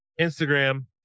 Instagram